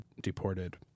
deported